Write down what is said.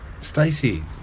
Stacey